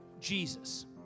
Jesus